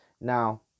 Now